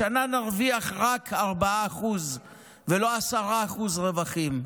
השנה נרוויח רק 4% ולא 10% רווחים,